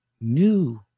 New